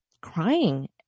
crying